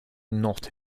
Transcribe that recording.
not